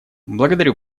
благодарю